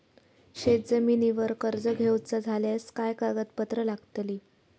शेत जमिनीवर कर्ज घेऊचा झाल्यास काय कागदपत्र लागतली?